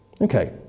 Okay